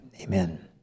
Amen